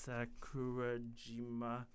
Sakurajima